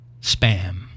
spam